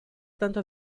tanto